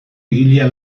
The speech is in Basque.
egilea